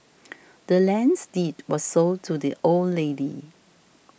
the land's deed was sold to the old lady